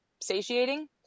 satiating